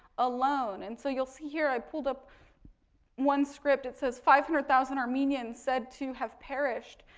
alone. and so, you'll see here, i pulled up one script it says five hundred thousand armenians said to have perished.